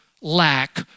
lack